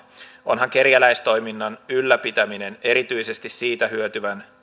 onhan kerjäläistoiminnan ylläpitäminen erityisesti siitä hyötyvän